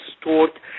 stored